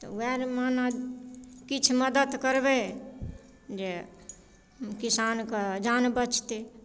तऽ उएहमे ने किछु मदति करबै जे किसानके जान बचतै